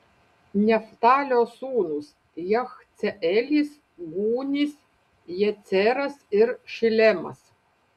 neftalio sūnūs jachceelis gūnis jeceras ir šilemas